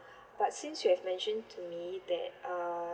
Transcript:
but since you have mentioned to me that uh